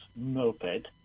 moped